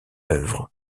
œuvres